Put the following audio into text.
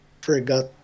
forgot